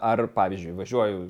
ar pavyzdžiui važiuoju